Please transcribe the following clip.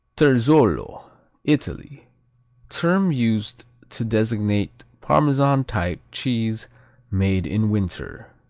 terzolo italy term used to designate parmesan-type cheese made in winter.